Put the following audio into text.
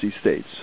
states